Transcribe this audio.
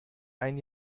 ein